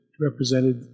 represented